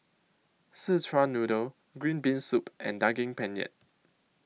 Szechuan Noodle Green Bean Soup and Daging Penyet